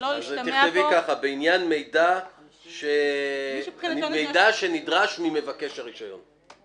שלא ישתמע פה --- תכתבי: "בעניין מידע שנדרש ממבקש הרישיון".